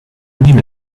mean